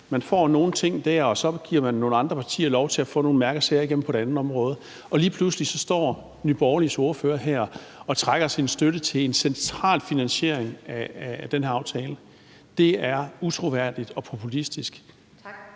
man får nogle ting i aftalen, og så giver man nogle andre partier lov til at få nogle mærkesager igennem på andre områder, og lige pludselig står Nye Borgerliges ordfører her og trækker sin støtte til en central finansiering af den her aftale. Det er utroværdigt og populistisk. Kl.